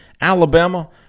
Alabama